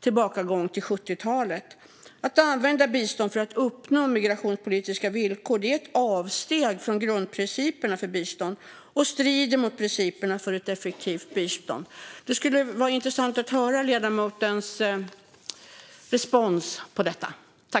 tillbakagång till 70-talet. Att använda bistånd för att uppnå migrationspolitiska villkor är ett avsteg från grundprinciperna för bistånd och strider mot principerna för ett effektivt bistånd. Det skulle vara intressant att höra ledamotens respons på detta.